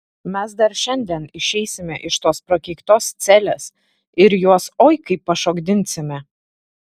mes dar šiandien išeisime iš tos prakeiktos celės ir juos oi kaip pašokdinsime